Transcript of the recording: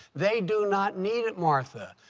they do not need it, martha.